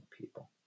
people